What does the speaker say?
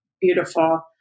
beautiful